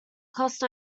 cost